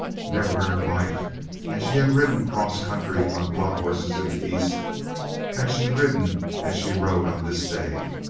never in her life and she had ridden cross-country on blood horses in the east had she ridden as she rode on this day!